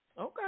Okay